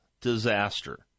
disaster